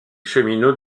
cheminots